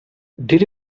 did